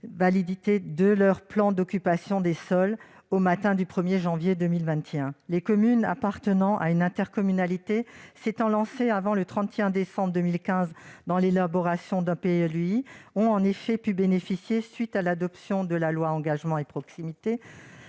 validité de leur plan d'occupation des sols (POS) au 1 janvier prochain. Les communes appartenant à une intercommunalité qui s'est lancée avant le 31 décembre 2015 dans l'élaboration d'un PLUI ont pu bénéficier, à la suite de l'adoption de la loi Engagement et proximité